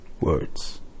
words